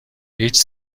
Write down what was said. هیچ